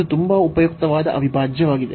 ಇದು ತುಂಬಾ ಉಪಯುಕ್ತವಾದ ಅವಿಭಾಜ್ಯವಾಗಿದೆ